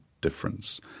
difference